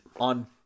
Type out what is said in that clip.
on